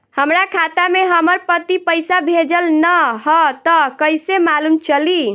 हमरा खाता में हमर पति पइसा भेजल न ह त कइसे मालूम चलि?